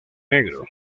negro